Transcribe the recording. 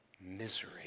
misery